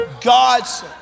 God's